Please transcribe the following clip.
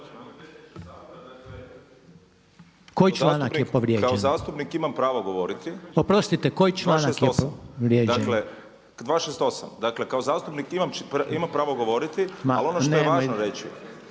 **Bernardić, Davor (SDP)** Kao zastupnik imam pravo govoriti. …/Upadica Reiner: Oprostite koji članak je povrijeđen?/… 268. Dakle, kao zastupnik imam pravo govoriti. Ali ono što je važno reći.